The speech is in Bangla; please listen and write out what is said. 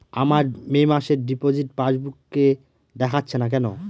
আমার মে মাসের ডিপোজিট পাসবুকে দেখাচ্ছে না কেন?